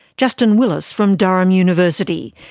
justin willis from durham university.